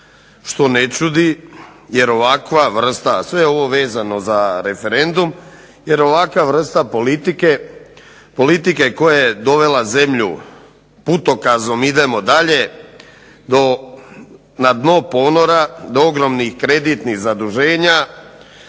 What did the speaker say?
što ne čudi jer ovakva vrsta, sve ovo vezano za referendum, jer ovakva vrsta politike koje dovela zemlju putokazom Idemo dalje, na dno ponora do ogromnih kreditnih zaduženja,